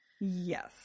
yes